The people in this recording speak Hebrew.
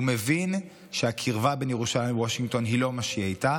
הוא מבין שהקרבה בין ירושלים לוושינגטון היא לא מה שהייתה,